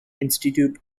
institute